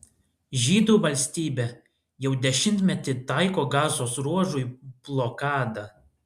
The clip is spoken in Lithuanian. žydų valstybė jau dešimtmetį taiko gazos ruožui blokadą